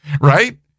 right